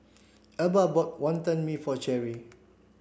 Elba bought Wantan Mee for Cheri